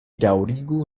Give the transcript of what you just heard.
daŭrigu